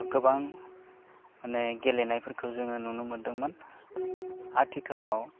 गोबां माने गेलेनायफोरखौ जोङो नुनो मोन्दोंमोन आथिखालाव